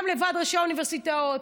לוועד ראשי האוניברסיטאות,